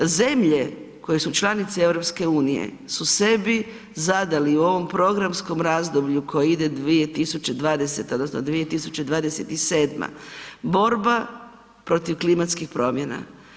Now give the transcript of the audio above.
Zemlje koje su članice EU su sebi zadali u ovom programskom razdoblju koje ide 2020. odnosno 2027. borba protiv klimatskih promjena.